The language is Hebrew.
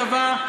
הצבא,